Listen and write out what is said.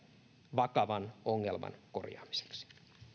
vakavan ongelman korjaamiseksi